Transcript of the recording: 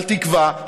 על תקווה,